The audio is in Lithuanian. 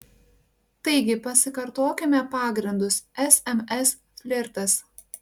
taigi pasikartokime pagrindus sms flirtas